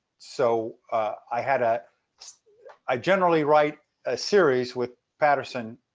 so i had ah i generally write a series with patterson,